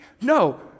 No